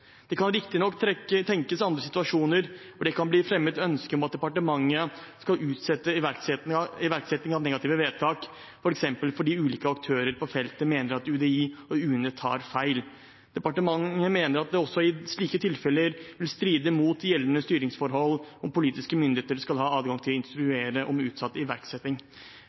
kan riktignok tenkes andre situasjoner hvor det kan bli fremmet ønske om at departementet/statsråden skal utsette iverksettingen av negative vedtak, for eksempel fordi ulike aktører på feltet mener at UDI og UNE tar feil . Departementet mener at det også i tilfeller som dette vil stride mot gjeldende styringsforhold om politiske myndigheter skal ha adgang til å instruere om utsatt iverksetting.»